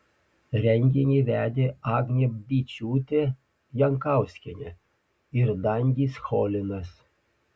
renginį vedė agnė byčiūtė jankauskienė ir dangis cholinas